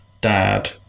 dad